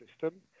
system